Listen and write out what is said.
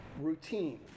Routine